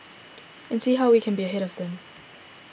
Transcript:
and see how we can be ahead of them